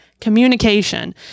Communication